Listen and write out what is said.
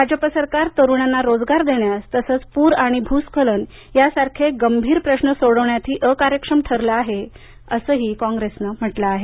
भाजपा सरकार तरुणांना रोजगार देण्यास तसंच पूर आणि जमिनीची धूप होण्यासारखे गंभीर प्रश्न सोडवण्यातही अकार्यक्षम ठरलं आहे असंही कॉग्रेसनं म्हटलं आहे